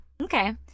Okay